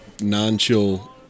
non-chill